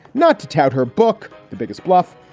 not to tout her book the biggest bluff,